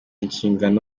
nshingano